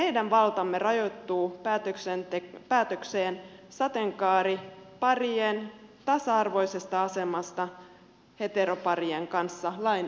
meidän valtamme rajoittuu päätökseen sateenkaariparien tasa arvoisesta asemasta heteroparien kanssa lain edessä